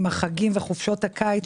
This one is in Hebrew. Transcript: עם החגים וחופשות הקיץ,